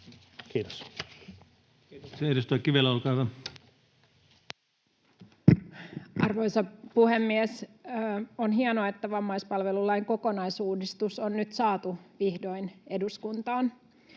hyvä. Arvoisa puhemies! On hienoa, että vammaispalvelulain kokonais-uudistus on nyt saatu vihdoin eduskuntaan.